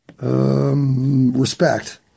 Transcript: respect